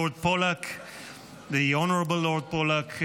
the honorable Lord Polak.